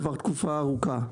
כבר תקופה ארוכה.